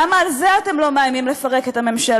למה על זה אתם לא מאיימים לפרק את הממשלה?